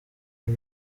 rwo